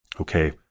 okay